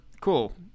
Cool